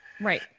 Right